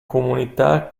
comunità